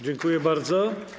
Dziękuję bardzo.